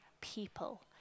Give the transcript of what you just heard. people